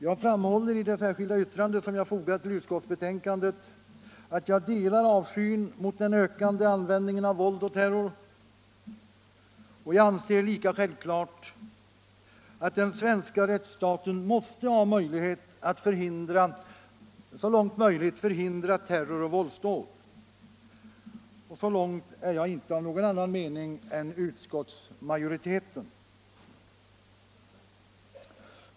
Jag framhåller i det särskilda yttrande som jag fogat till utskottets betänkande att jag delar avskyn mot den ökande användningen av våld och terror, och jag anser det lika självklart att den svenska rättsstaten måste ha möjlighet att så långt det går förhindra terror och våldsdåd. På den punkten är jag inte av någon annan mening än utskottsmajoriteten.